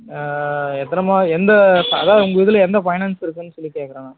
ஆ எத்தனை மாத எந்த அதாவது உங்கள் இதில் எந்த பைனான்ஸ் இருக்குன்னு சொல்லி கேட்குற நான்